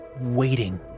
waiting